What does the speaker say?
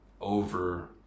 over